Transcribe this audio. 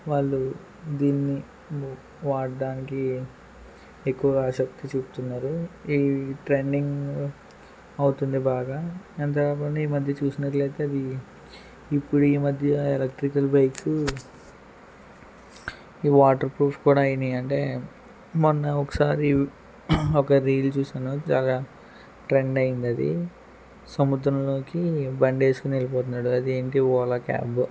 వాళ్ళు దీన్ని వాడడానికి ఎక్కువగా ఆసక్తి చూపుతున్నారు ఈ ట్రెండింగ్ అవుతుంది బాగా అంతేకాకుండా ఈ మధ్య చూసినట్లయితే అవి ఇప్పుడు ఈ మధ్య ఎలక్ట్రికల్ బైక్స్ ఈ వాటర్ ప్రూఫ్ కూడా అయినియి అంటే మొన్న ఒకసారి ఒక రీల్ చూసాను చాలా ట్రెండ్ అయ్యింది అది సముద్రంలోకి బండి వేసుకుని వెళ్ళిపోతున్నాడు అది ఏంటి ఓలా క్యాబ్